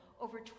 over